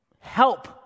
help